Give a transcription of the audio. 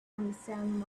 understand